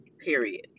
period